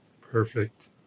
Perfect